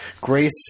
Grace